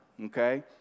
Okay